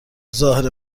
ظاهر